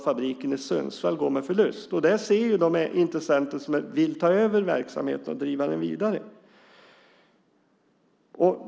Fabriken i Sundsvall går inte med förlust. Det ser de intressenter som vill ta över verksamheten och driva den vidare.